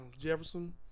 Jefferson